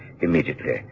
immediately